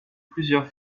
plusieurs